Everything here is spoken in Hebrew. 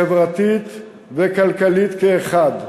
חברתית וכלכלית כאחת,